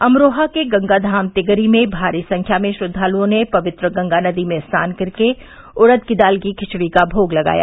अमरोहा के गंगा धाम तिगरी में भारी संख्या में श्रद्वालुओं ने पवित्र गंगा नदी में स्नान कर के उड़द की दाल की खिचड़ी का भोग लगाया